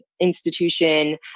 institution